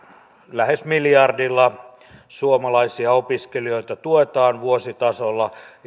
lähes miljardilla tuetaan suomalaisia opiskelijoita vuositasolla